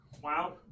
Wow